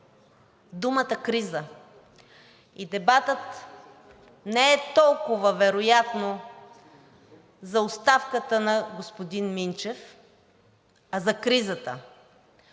думата криза, и дебатът не е вероятно толкова за оставката на господин Минчев, а за кризата,